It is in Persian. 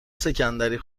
سکندری